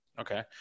Okay